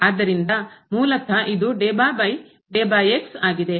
ಆದ್ದರಿಂದ ಮೂಲತಃ ಇದು ಆಗಿದೆ